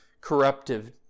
corruptive